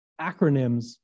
acronyms